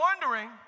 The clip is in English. wondering